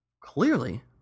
clearly